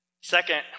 Second